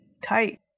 tight